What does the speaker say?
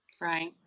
Right